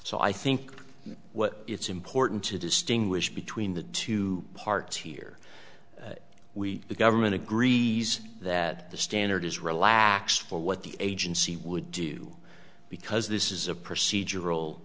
so i think what it's important to distinguish between the two parts here we the government agrees that the standard is relaxed for what the agency would do because this is a procedural